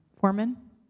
foreman